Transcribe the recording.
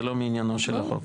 זה לא מעניינו של החוק.